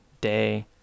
day